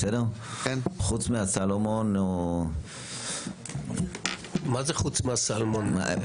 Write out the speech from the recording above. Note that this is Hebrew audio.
חוץ מהסלמון --- מה זה חוץ מהסלמון?